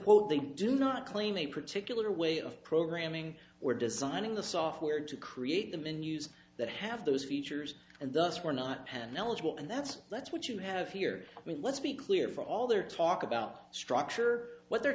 quote they do not claim a particular way of programming we're designing the software to create the menus that have those features and thus were not hand eligible and that's that's what you have here i mean let's be clear for all their talk about structure what they're